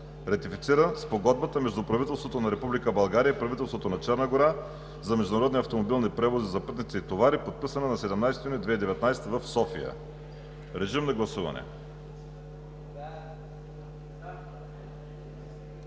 режим на гласуване